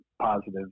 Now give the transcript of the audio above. positive